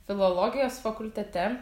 filologijos fakultete